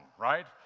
Right